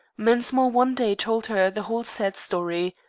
mensmore one day told her the whole sad story.